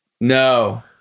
No